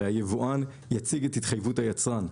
הרי היבואן יציג את התחייבות היצרן.